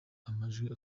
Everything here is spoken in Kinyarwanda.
amajwi